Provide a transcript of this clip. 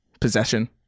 Possession